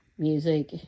Music